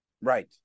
Right